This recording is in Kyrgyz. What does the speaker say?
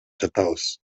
жатабыз